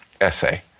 essay